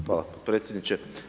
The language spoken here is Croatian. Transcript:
Hvala potpredsjedniče.